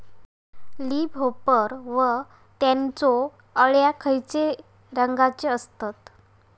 Leaf hopper व त्यानचो अळ्या खैचे रंगाचे असतत?